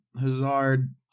Hazard